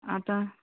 आता